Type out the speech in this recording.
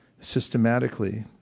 systematically